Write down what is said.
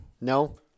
no